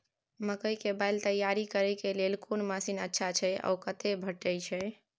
मकई के बाईल तैयारी करे के लेल कोन मसीन अच्छा छै ओ कतय भेटय छै